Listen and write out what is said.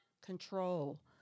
control